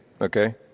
okay